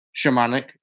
shamanic